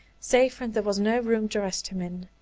save when there was no room to rest him in.